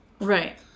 Right